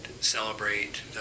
celebrate